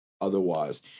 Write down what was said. otherwise